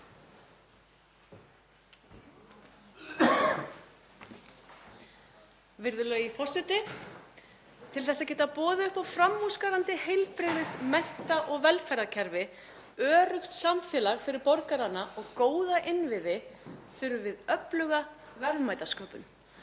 Virðulegi forseti. Til að geta boðið upp á framúrskarandi heilbrigðis-, mennta- og velferðarkerfi, öruggt samfélag fyrir borgarana og góða innviði þurfum við öfluga verðmætasköpun.